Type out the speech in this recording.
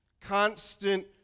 constant